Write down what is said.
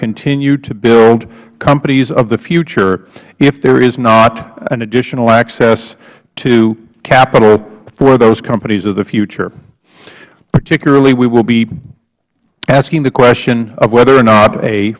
continue to build companies of the future if there is not an additional access to capital for those companies of the future particularly we will be asking the question of whether or not a